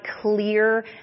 clear